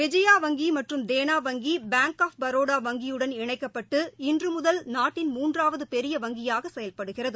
விஜயா வங்கி மற்றும் தேனா வங்கி பேங்க் ஆஃப் பரோடா வங்கியுடன் இணைக்கப்பட்டு இன்று முதல் நாட்டின் மூன்றாவது பெரிய வங்கியாக செயல்படுகிறது